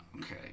Okay